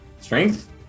Strength